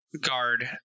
guard